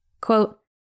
Quote